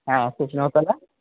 হ্যাঁ ষষ্ঠীনগরতলা